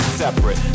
separate